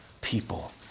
people